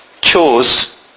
chose